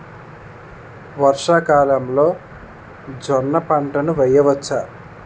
వర్షాకాలంలో జోన్న పంటను వేయవచ్చా?